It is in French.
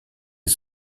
est